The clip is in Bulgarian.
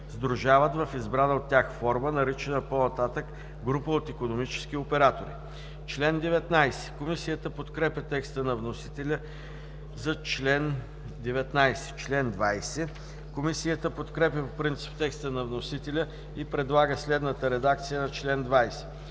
сдружават в избрана от тях форма, наричана по-нататък „група от икономически оператори“.“ Комисията подкрепя текста на вносителя за чл. 19. Комисията подкрепя по принцип текста на вносителя и предлага следната редакция на чл. 20: